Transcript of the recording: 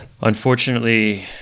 Unfortunately